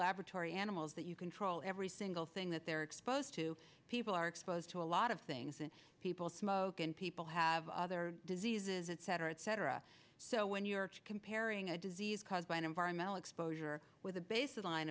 laboratory animals that you control every single thing that they're exposed to people are exposed to a lot of things and people smoke and people have other diseases etc etc so when you're comparing a disease caused by an environmental exposure with a baseline